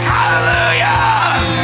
Hallelujah